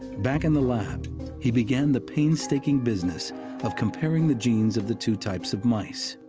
back in the lab he began the painstaking business of comparing the genes of the two types of mice,